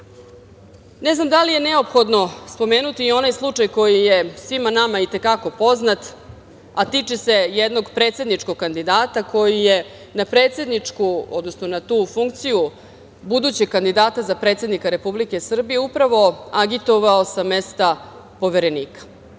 znam da li je neophodno spomenuti i onaj slučaj koji je svima nama i te kako poznat, a tiče se jednog predsedničkog kandidata koji je na predsedničku, odnosno na tu funkciju budućeg kandidata za predsednika Republike Srbije upravo agitovao sa mesta Poverenika,